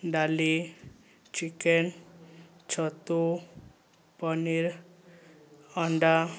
ଡ଼ାଲି ଚିକେନ୍ ଛତୁ ପନିର୍ ଅଣ୍ଡା